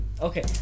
Okay